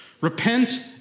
Repent